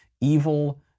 evil